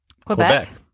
Quebec